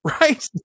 right